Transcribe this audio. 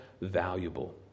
valuable